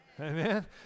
amen